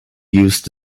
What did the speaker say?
used